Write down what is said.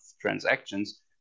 transactions